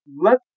let